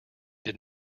did